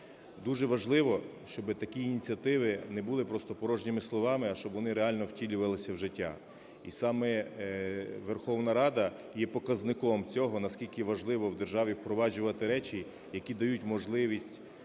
Дуже важливо, щоби такі ініціативи не були просто порожніми словам, а щоб вони реально втілювалися в життя. І саме Верховна Рада є показником цього, наскільки важливо в державі впроваджувати речі, які дають можливість